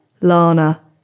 lana